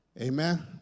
amen